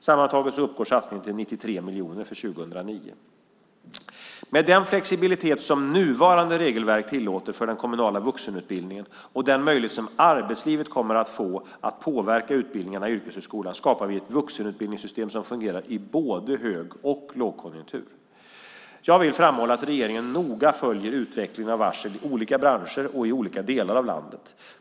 Sammantaget uppgår satsningen till 93 miljoner kronor för 2009. Med den flexibilitet som nuvarande regelverk tillåter för den kommunala vuxenutbildningen och den möjlighet som arbetslivet kommer att få att påverka utbildningarna i yrkeshögskolan skapar vi ett vuxenutbildningssystem som fungerar i både hög och lågkonjunktur. Jag vill framhålla att regeringen noga följer utvecklingen av varsel i olika branscher och i olika delar av landet.